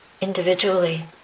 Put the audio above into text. individually